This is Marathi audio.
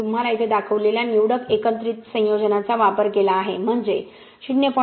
मी तुम्हाला येथे दाखवलेल्या निवडक एकत्रित संयोजनांचा वापर केला आहे म्हणजे 0